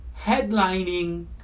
headlining